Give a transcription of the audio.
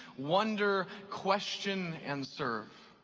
wonder, question, and serve.